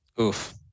Oof